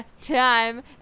time